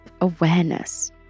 Awareness